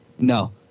No